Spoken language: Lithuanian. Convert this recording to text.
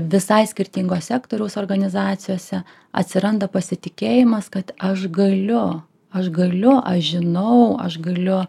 visai skirtingo sektoriaus organizacijose atsiranda pasitikėjimas kad aš galiu aš galiu aš žinau aš galiu